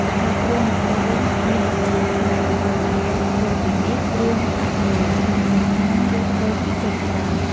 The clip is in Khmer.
សម្រាប់គ្រឿងលម្អវិញមានដូចជា ខ្សែក្រវាត់ចង្កេះធ្វើពីមាស គ្រឿងដាក់លើស្មាសងខាង ឬ ត្បូងពិសិដ្ឋជាដើម។